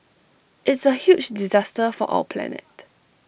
it's A huge disaster for our planet